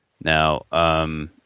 Now